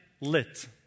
lit